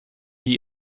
wie